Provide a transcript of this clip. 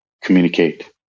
communicate